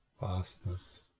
vastness